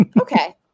okay